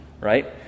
right